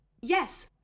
Yes